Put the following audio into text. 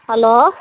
hello